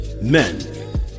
Men